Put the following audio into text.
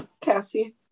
Cassie